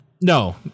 No